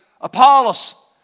Apollos